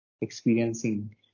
experiencing